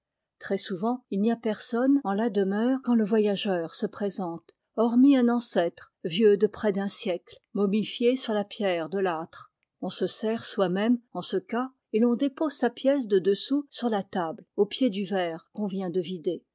très souvent il n'y a personne en la demeure quand le voyageur se présente hormis un ancêtre vieux de près d'un siècle momifié sur la pierre de l'âtre on se sert soi-même en ce cas et l'on dépose sa pièce de deux sous sur la table au pied du verre qu'on vient de vider